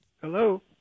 Hello